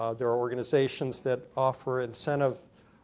ah there are organizations that offer incentive,